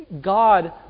God